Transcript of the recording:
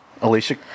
Alicia